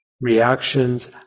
reactions